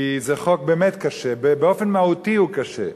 כי זה חוק באמת קשה, באפן מהותי הוא קשה,